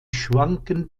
schwanken